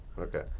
okay